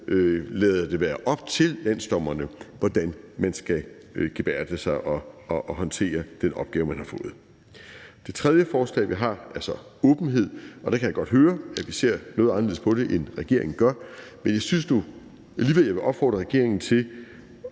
lade det være op til landsdommerne, hvordan man skal gebærde sig og håndtere den opgave, man har fået. Det tredje forslag, vi har, handler om åbenhed, og der kan jeg godt høre, at vi ser noget anderledes på det, end regeringen gør. Men jeg synes nu alligevel, jeg vil opfordre regeringen til